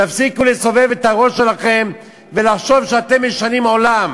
תפסיקו לסובב את הראש שלכם ולחשוב שאתם משנים עולם.